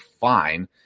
fine